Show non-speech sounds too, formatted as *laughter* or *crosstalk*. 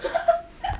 *laughs*